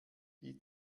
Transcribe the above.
die